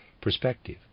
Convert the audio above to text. perspective